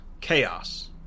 chaos